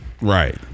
right